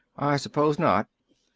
i suppose not.